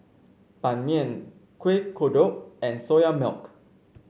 Ban Mian Kueh Kodok and Soya Milk